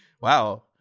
Wow